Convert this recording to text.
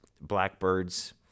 blackbirds